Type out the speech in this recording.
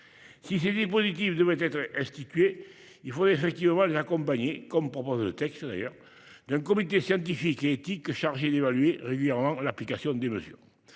Si ces dispositifs devaient être institués, il faudrait en effet les accompagner, comme le proposent les auteurs du texte, d'un comité scientifique et éthique chargé d'évaluer régulièrement l'application des mesures.